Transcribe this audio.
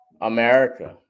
America